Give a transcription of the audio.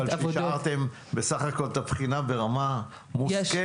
אבל נראה לי שהשארתם בסך הכול את הבחינה ברמה מושכלת.